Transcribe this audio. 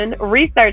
research